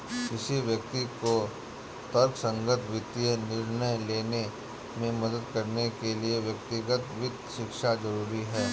किसी व्यक्ति को तर्कसंगत वित्तीय निर्णय लेने में मदद करने के लिए व्यक्तिगत वित्त शिक्षा जरुरी है